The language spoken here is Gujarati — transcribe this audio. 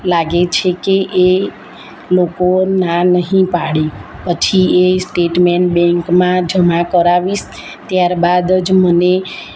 લાગે છે કે એ લોકો ના નહીં પાડે પછી એ સ્ટેટમેન બેંકમાં જમા કરાવીશ ત્યાર બાદ જ મને